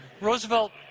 Roosevelt